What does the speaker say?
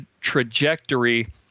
trajectory